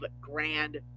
Grand